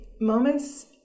moments